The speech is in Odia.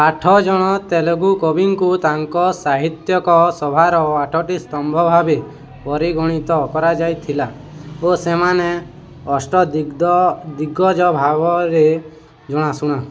ଆଠ ଜଣ ତେଲୁଗୁ କବିଙ୍କୁ ତାଙ୍କ ସାହିତ୍ୟିକ ସଭାର ଆଠଟି ସ୍ତମ୍ଭ ଭାବେ ପରିଗଣିତ କରାଯାଉଥିଲା ଓ ସେମାନେ ଅଷ୍ଟଦିଗ୍ଗଜ ଭାବରେ ଜଣାଶୁଣା